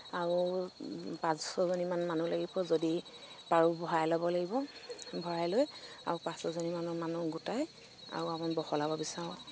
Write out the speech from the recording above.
আৰু পাঁচ ছয়জনীমান মানুহ লাগিব যদি পাৰো বঢ়াই ল'ব লাগিব ভৰাই লৈ আৰু পাঁচ ছয়জনীমান মানুহ গোটাই আৰু আমি বহলাব বিচাৰো